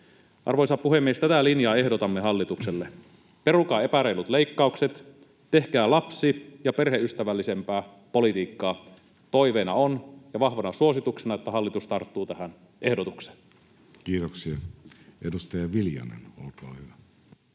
Arvoisa puhemies! Tätä linjaa ehdotamme hallitukselle: Perukaa epäreilut leikkaukset, tehkää lapsi- ja perheystävällisempää politiikkaa. Toiveena ja vahvana suosituksena on, että hallitus tarttuu tähän ehdotukseen. [Speech 278] Speaker: Jussi